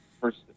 first